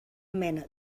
mena